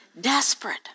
desperate